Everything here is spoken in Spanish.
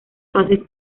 fases